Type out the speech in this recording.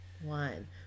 One